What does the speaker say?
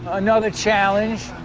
another challenge,